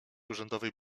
urzędowej